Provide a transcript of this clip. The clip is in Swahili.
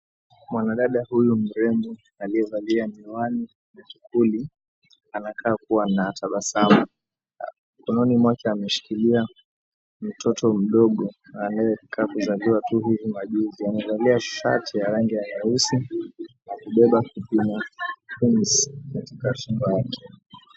Mwanadada huyu mrembo aliyevalia miwani tuli anakaa kuwa na tabasamu. Mkononi mwake amemshikilia mtoto mdogo anayekaa kuzaliwa tu hivi majuzi. Amevalia shati ya rangi ya nyeusi na kubeba kipima joto katika shingo yake.